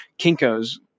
Kinko's